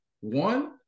One